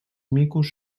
micos